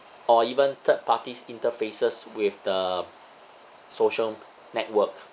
or even third parties' interfaces with the social network